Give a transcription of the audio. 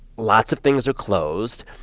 lots of things are closed.